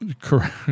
Correct